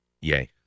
Yay